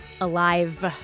alive